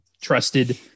trusted